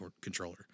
controller